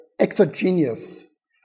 exogenous